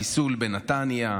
חיסול בנתניה,